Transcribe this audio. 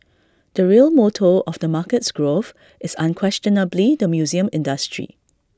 the real motor of the market's growth is unquestionably the museum industry